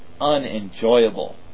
unenjoyable